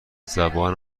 زبان